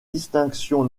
distinctions